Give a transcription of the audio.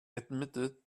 admitted